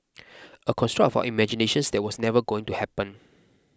a construct for imaginations that was never going to happen